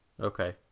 Okay